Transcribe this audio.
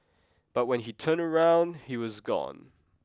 but when he turned around he was gone